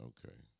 Okay